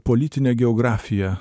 politinę geografiją